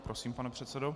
Prosím, pane předsedo.